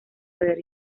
haber